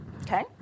okay